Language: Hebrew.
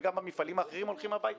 וגם במפעלים האחרים הולכים הביתה.